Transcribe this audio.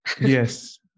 Yes